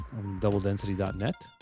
Doubledensity.net